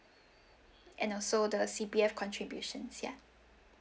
and also the C_P_F contributions ya